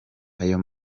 ayo